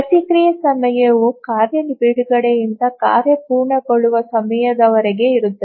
ಪ್ರತಿಕ್ರಿಯೆ ಸಮಯವು ಕಾರ್ಯ ಬಿಡುಗಡೆಯಿಂದ ಕಾರ್ಯ ಪೂರ್ಣಗೊಳ್ಳುವ ಸಮಯದವರೆಗೆ ಇರುತ್ತದೆ